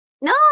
No